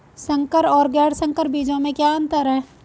संकर और गैर संकर बीजों में क्या अंतर है?